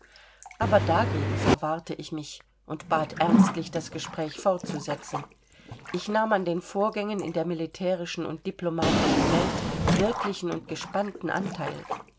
aber dagegen verwahrte ich mich und bat ernstlich das gespräch fortzusetzen ich nahm an den vorgängen in der militärischen und diplomatischen welt wirklichen und gespannten anteil